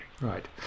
Right